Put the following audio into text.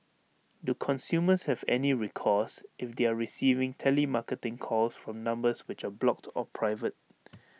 do consumers have any recourse if they are receiving telemarketing calls from numbers which are blocked or private